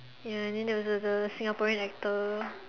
ya and then there was the the Singaporean actor